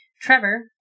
Trevor